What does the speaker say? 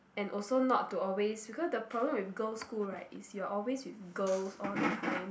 and also not to always because the problem with girl's school right is you are always with girls all the time